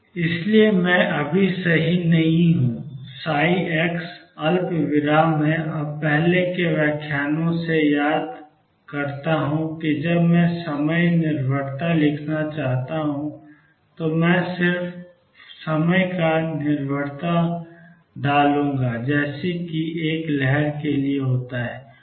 इसलिए मैं अभी सही नहीं हूं साई x अल्पविराम और पहले के व्याख्यानों से याद करता हूं कि जब मैं समय निर्भरता लिखना चाहता हूं तो मैं सिर्फ समय पर निर्भरता डालूंगा जैसा कि एक लहर के लिए होता है